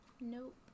Nope